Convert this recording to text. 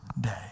day